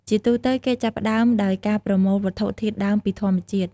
ជាទូទៅ គេចាប់ផ្តើមដោយការប្រមូលវត្ថុធាតុដើមពីធម្មជាតិ។